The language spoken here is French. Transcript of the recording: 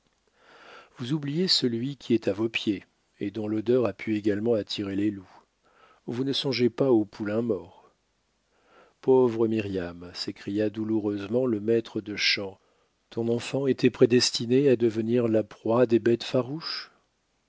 vous oubliez celui qui est à vos pieds et dont l'odeur a pu également attirer les loups vous ne songez pas au poulain mort pauvre miriam s'écria douloureusement le maître de chant ton enfant était prédestiné à devenir la proie des bêtes farouches